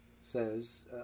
says